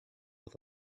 with